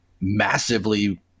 massively